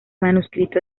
manuscrito